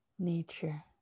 nature